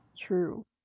True